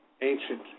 ancient